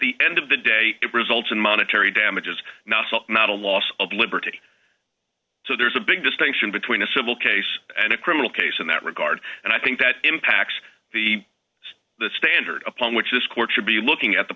the end of the day it results in monetary damages not a loss of liberty so there's a big distinction between a civil case and a criminal case in that regard and i think that impacts the standard upon which this court should be looking at the